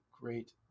great